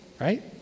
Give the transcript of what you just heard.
right